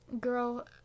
girl